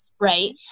right